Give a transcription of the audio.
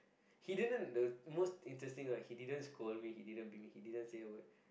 he didn't the most interesting right he didn't scold me he didn't beat me he didn't say a word